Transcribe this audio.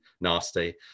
nasty